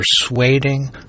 persuading